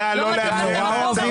אתם משנים את החוק.